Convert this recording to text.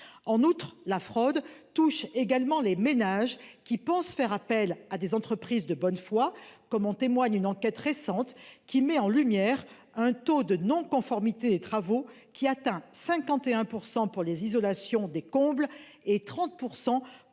en outre la fraude touche également les ménages qui pensent faire appel à des entreprises de bonne foi, comme en témoigne une enquête récente qui met en lumière un taux de non-conformité travaux qui atteint 51% pour les isolation des combles et 30%